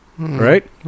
Right